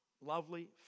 lovely